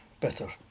better